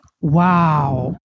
Wow